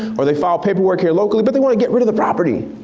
or they file paperwork here locally, but they want to get rid of the property.